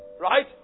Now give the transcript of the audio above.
Right